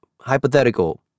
hypothetical